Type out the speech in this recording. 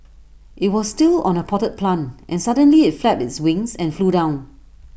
IT was still on A potted plant and suddenly IT flapped its wings and flew down